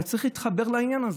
אתה צריך להתחבר לעניין הזה.